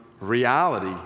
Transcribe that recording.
reality